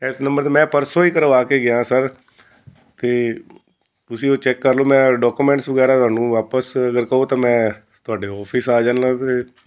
ਇਸ ਨੰਬਰ 'ਤੇ ਮੈਂ ਪਰਸੋਂ ਹੀ ਕਰਵਾ ਕੇ ਗਿਆ ਸਰ ਅਤੇ ਤੁਸੀਂ ਉਹ ਚੈੱਕ ਕਰ ਲਓ ਮੈਂ ਡਾਕੂਮੈਂਟਸ ਵਗੈਰਾ ਤੁਹਾਨੂੰ ਵਾਪਸ ਅਗਰ ਕਹੋ ਤਾਂ ਮੈਂ ਤੁਹਾਡੇ ਆਫਿਸ ਆ ਜਾਂਦਾ ਅਤੇ